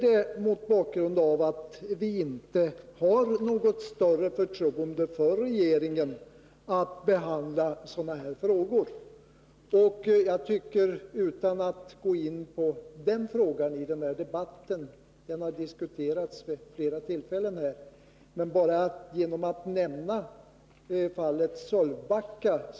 Det är anledningen till att vi har krävt att det är riksdagen som här skall ta ställning. Utan att i denna debatt gå in på den frågan — den har tidigare diskuterats vid flera tillfällen — kan jag som en illustration nämna fallet Sölvbacka.